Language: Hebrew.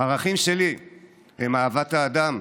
שניים-שלושה אנשים,